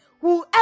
Whoever